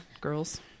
girls